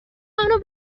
منو